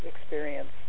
experience